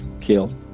killed